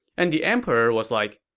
and the emperor was like,